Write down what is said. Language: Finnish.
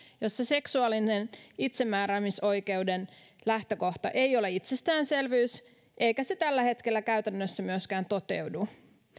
jossa seksuaalisen itsemääräämisoikeuden lähtökohta ei ole itsestäänselvyys eikä se tällä hetkellä käytännössä myöskään toteudu